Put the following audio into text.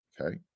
okay